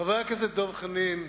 חבר הכנסת דב חנין,